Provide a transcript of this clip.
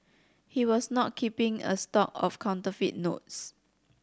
he was not keeping a stock of counterfeit notes